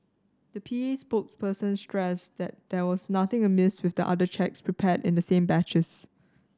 the P A spokesperson stressed that there was nothing amiss with the other cheques prepared in the same batches